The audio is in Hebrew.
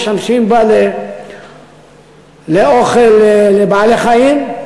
משתמשים בה לאוכל לבעלי-חיים,